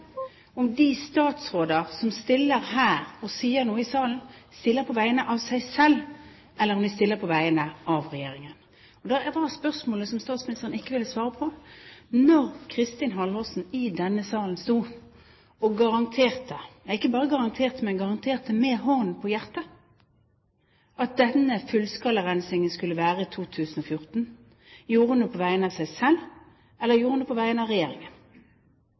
om de statsråder som stiller her, og sier noe i salen, stiller på vegne av seg selv, eller om de stiller på vegne av Regjeringen. Spørsmålet som statsministeren ikke ville svare på, var: Da Kristin Halvorsen i denne salen sto og garanterte – ikke bare garanterte, men garanterte med hånden på hjertet – at fullskalarensingen skulle være på plass i 2014, gjorde hun det på vegne av seg selv, eller gjorde hun det på vegne av Regjeringen?